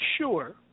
sure